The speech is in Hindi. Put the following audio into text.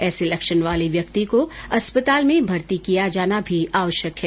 ऐसे लक्षण वाले व्यक्ति को अस्पताल में भर्ती किया जाना भी आवश्यक है